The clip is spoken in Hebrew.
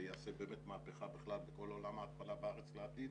יעשה באמת מהפכה בכלל בכל עולם ההתפלה בארץ לעתיד,